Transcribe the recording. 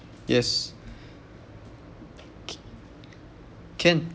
yes can